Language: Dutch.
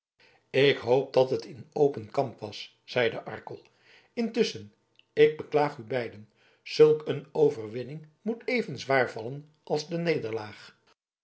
ik hoop dat het in open kamp was zeide arkel intusschen ik beklaag u beiden zulk een overwinning moet even zwaar vallen als de nederlaag